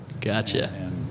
gotcha